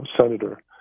senator